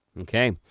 Okay